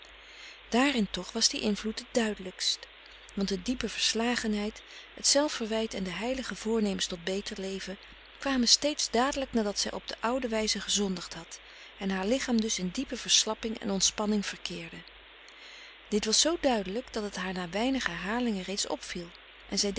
daarin toch was die invloed het duidelijkst want de diepe verslagenheid het zelfverwijt en de heilige voornemens tot beter leven kwamen steeds dadelijk nadat zij op de oude wijze gezondigd had en haar lichaam dus in diepe verslapping en ontspanning verkeerde dit was zoo duidelijk dat het haar na weinig herhalingen reeds opviel